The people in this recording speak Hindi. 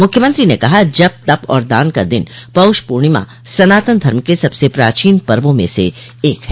मुख्यमंत्री ने कहा जप तप और दान का दिन पौष पूर्णिमा सनातन धर्म के सबसे प्राचीन पर्वो में से एक है